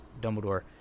Dumbledore